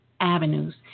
avenues